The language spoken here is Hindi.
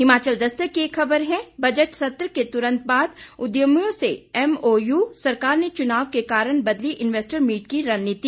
हिमाचल दस्तक की एक ख़बर है बजट सत्र के तुरंत बाद उद्यमियों से एमओयू सरकार ने चुनाव के कारण बदली इन्वेंस्टर मीट की रणनीति